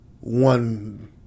One